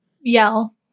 Yell